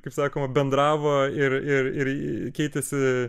kaip sakoma bendravo ir ir ir keitėsi